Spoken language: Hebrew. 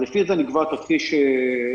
אז לפי זה נקבע תרחיש הייחוס,